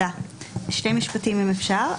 אפשר.